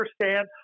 understand